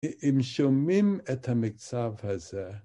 ‫אם שומעים את המקצב הזה...